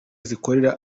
zikorera